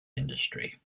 industry